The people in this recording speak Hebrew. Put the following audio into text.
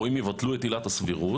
או אם יבטלו את עילת הסבירות,